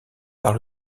par